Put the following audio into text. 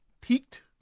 peaked